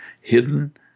hidden